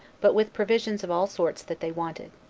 but with provisions of all sorts that they wanted.